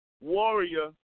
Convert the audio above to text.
warrior